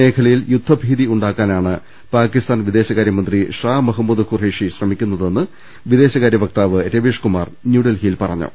മേഖലയിൽ യുദ്ധഭീതി ഉണ്ടാക്കാനാണ് പാകിസ്ഥാൻ വിദേശകാര്യമന്ത്രി ഷാ മഹമൂദ് ഖുറൈഷി ശ്രമിക്കുന്നതെന്ന് വിദേശകാരൃ വക്താവ് രവീഷ്കുമാർ ന്യൂഡൽഹിയിൽ പറഞ്ഞു